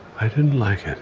i didn't like it.